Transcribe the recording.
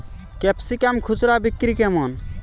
Capsicum খুচরা বিক্রি কেমন?